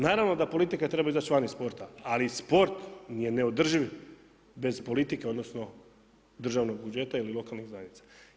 Naravno da politika treba izaći van iz sporta, ali sport je neodrživ bez politike odnosno državnog budžeta ili lokalnih zajednica.